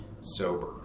sober